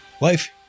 Life